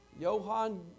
Johann